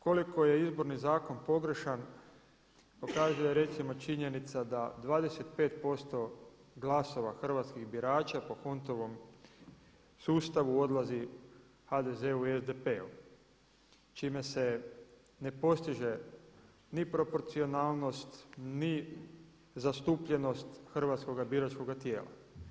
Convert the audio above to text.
Koliko je Izborni zakon pogrešan pokazuje recimo činjenica da 25% glasova hrvatskih birača po … [[Ne razumije se.]] sustavu odlazi HDZ-u i SDP-u čime se ne postiže ni proporcionalnost ni zastupljenost hrvatskoga biračkoga tijela.